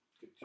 Good